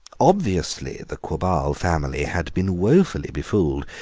obviously the quabarl family had been woefully befooled,